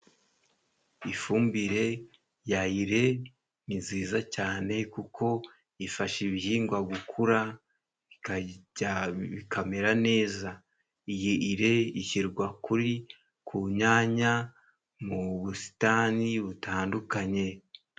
Ifumbire ya ire ni nziza cyane, kuko ifasha ibihingwa gukura bikamera neza. Iyi ire ishyirwa kuri ku nyanya mu busitani butandukanye.